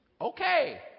Okay